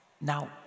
Now